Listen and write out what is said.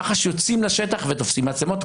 מח"ש יוצאים לשטר ותופסים מצלמות,